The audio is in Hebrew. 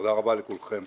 תודה רבה לכולכם.